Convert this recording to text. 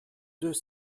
deux